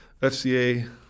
FCA